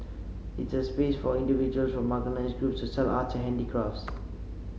it's a space for individuals from marginalised groups to sell arts and handicrafts